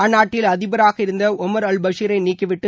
அந்நாட்டில் அதிபராக இருந்த ஓமர் அல் பஷிரை நீக்கி விட்டு